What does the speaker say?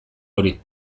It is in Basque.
hori